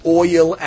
oil